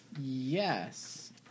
Yes